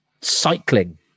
cycling